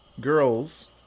girls